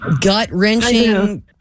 gut-wrenching